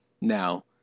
Now